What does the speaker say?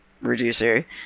reducer